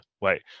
wait